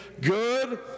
good